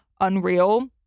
unreal